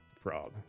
frog